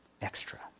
extra